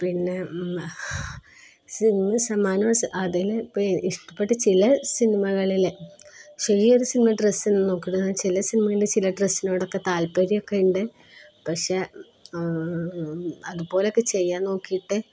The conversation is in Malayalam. പിന്നെ അതില് ഇഷ്ടപ്പെട്ട ചില സിനിമകളിലെ ഈയൊരു സിനിമയിലെ ഡ്രസ് ചില സിനിമകളിലെ ചില ഡ്രസ്സിനോടൊക്കെ താല്പര്യമൊക്കെയുണ്ട് പക്ഷെ അതുപോലെയൊക്കെ ചെയ്യാൻ നോക്കിയിട്ട്